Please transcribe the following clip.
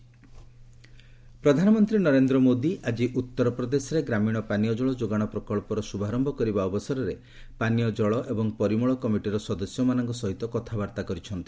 PM drinking water ପ୍ରଧାନମନ୍ତ୍ରୀ ନରେନ୍ଦ୍ର ମୋଦି ଆଜି ଉତ୍ତର ପ୍ରଦେଶରେ ଗ୍ରାମୀଣ ପାନୀୟ ଜଳ ଯୋଗାଣ ପ୍ରକନ୍ଧର ଶୁଭାରୟ କରିବା ଅବସରରେ ପାନୀୟ ଜଳ ଏବଂ ପରିମଳ କମିଟିର ସଦସ୍ୟମାନଙ୍କ ସହିତ କଥାବାର୍ତ୍ତା କରିଛନ୍ତି